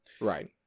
right